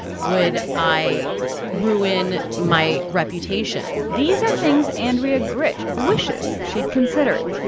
would i ruin my reputation? these are things andrea grych wishes she'd considered.